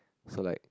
so like